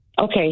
Okay